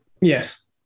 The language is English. Yes